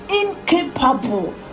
incapable